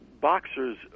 Boxers